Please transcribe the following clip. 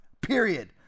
Period